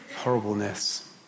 horribleness